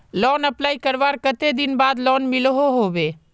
Loan apply करवार कते दिन बाद लोन मिलोहो होबे?